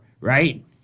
right